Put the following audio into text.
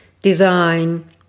design